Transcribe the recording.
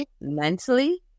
mentally